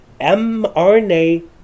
mrna